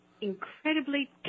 incredibly